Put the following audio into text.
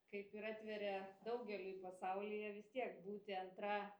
kaip ir atveria daugeliui pasaulyje vis tiek būti antra